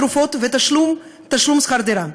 תרופות ותשלום שכר דירה.